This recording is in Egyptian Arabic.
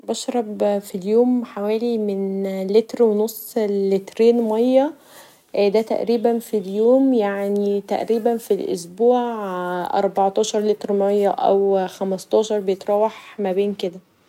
بشرب في اليوم حوالي من لتر ونص ل لترين مايه دا تقريبا في اليوم يعني تقريبا في الأسبوع اربعتاشر لتر مايه او خمستاشر بيتراوح ما بين كدا.